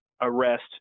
arrest